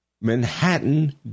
Manhattan